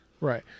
Right